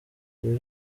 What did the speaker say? ibyo